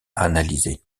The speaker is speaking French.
analyser